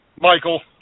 Michael